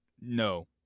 no